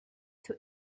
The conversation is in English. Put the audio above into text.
two